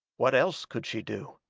what else could she do?